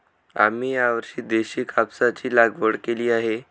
आम्ही यावर्षी देशी कापसाची लागवड केली आहे